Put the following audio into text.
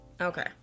okay